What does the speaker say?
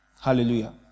Hallelujah